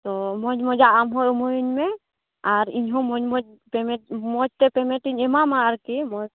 ᱛᱚ ᱢᱚᱡᱽ ᱢᱚᱡᱽ ᱟᱜ ᱟᱢᱦᱚᱸ ᱮᱢᱟᱣᱟᱹᱧᱢᱮ ᱟᱨ ᱤᱧ ᱦᱚᱸ ᱢᱚᱡᱽ ᱢᱚᱡᱽ ᱯᱮᱢᱮᱴ ᱢᱚᱡᱽᱛᱮ ᱯᱮᱢᱮᱴᱤᱧ ᱮᱢᱟᱢᱟ ᱟᱨᱠᱤ ᱢᱚᱡᱽ